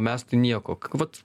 mes tai nieko vat